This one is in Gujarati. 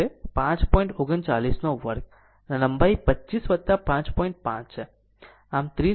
39 વર્ગ અને આ લંબાઈ 25 5